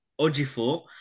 Ojifor